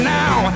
now